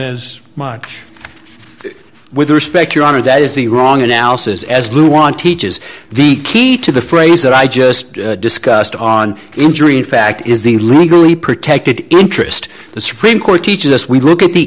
as much with respect your honor that is the wrong analysis as lou want teaches the key to the phrase that i just discussed on injury in fact is the legally protected interest the supreme court teaches us we look at the